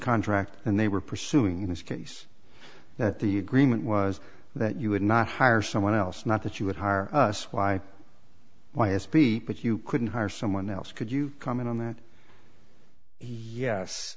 contract and they were pursuing this case that the agreement was that you would not hire someone else not that you would hire us why why a speak but you couldn't hire someone else could you comment on that yes